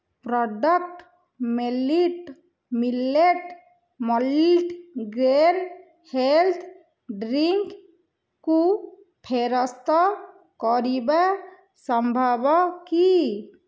product ମେଲିଟ୍ millet multigrain health ଡ୍ରିଙ୍କ୍କୁ ଫେରସ୍ତ କରିବା ସମ୍ଭବ କି